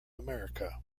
america